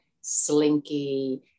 slinky